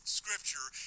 scripture